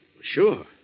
Sure